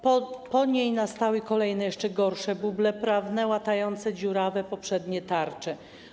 Po niej nastały kolejne, jeszcze gorsze buble prawne łatające dziurawe poprzednie tarcze.